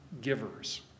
givers